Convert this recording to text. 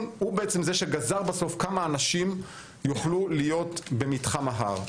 הוא שגזר בסוף כמה אנשים יוכלו להיות במתחם ההר.